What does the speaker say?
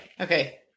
Okay